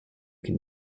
can